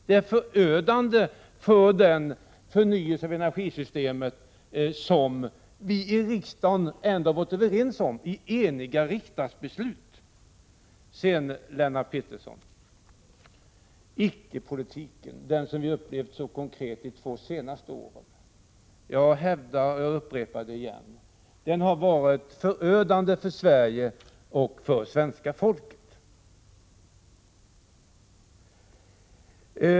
Det är förödande för den förnyelse av energisystemet som vi i riksdagen varit överens om i eniga riksdagsbeslut. Beträffande icke-politiken — den som vi har upplevt så konkret under de två senaste åren — hävdar jag och upprepar igen att den har varit förödande för Sverige och svenska folket.